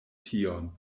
tion